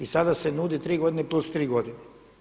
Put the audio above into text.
I sada se nudi tri godine plus tri godine.